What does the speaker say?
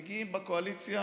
מגינים בקואליציה